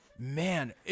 Man